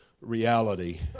reality